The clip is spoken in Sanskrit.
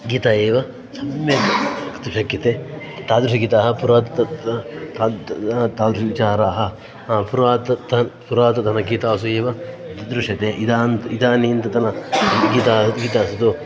गीता एव सम्यक् अस्तु शक्यते तादृशी गीता पुरातत् त त् तादृशाः विचाराः पुरातत् पुरातनगीतासु एव इ दृशते इदानीं इदानीन्तन गीता गीतास्तु